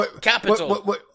Capital